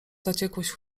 zaciekłość